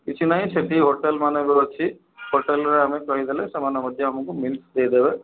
କିଛି ନାହିଁ ସେଠି ହୋଟେଲ୍ମାନଙ୍କ ଅଛି ହୋଟେଲ୍ରେ ଆମେ କହିଦେଲେ ସେମାନେ ମଧ୍ୟ ଆମକୁ ମିଲସ୍ ଦେଇଦେବେ